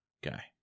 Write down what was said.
guy